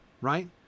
right